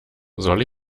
soll